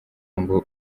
ngo